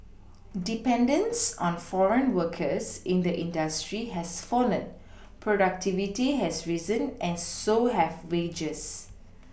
dependence on foreign workers in the industry has fallen productivity has risen and so have wages